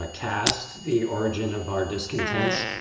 ah cast the origin of our discontents,